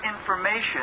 information